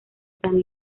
san